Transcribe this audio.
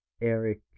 Eric